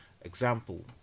Example